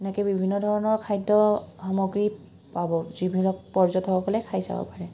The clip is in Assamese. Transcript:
এনেকে বিভিন্ন ধৰণৰ খাদ্য সামগ্ৰী পাব যিবিলাক পৰ্যটকসকলে খাই চাব পাৰে